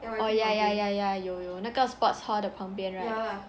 oh ya ya ya ya 有有那个 sports hall 的旁边 right